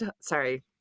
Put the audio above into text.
Sorry